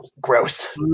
Gross